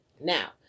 Now